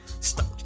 Stop